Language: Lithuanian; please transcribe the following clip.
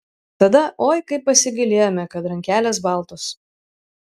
tada oi kaip pasigailėjome kad rankelės baltos